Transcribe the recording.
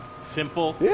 Simple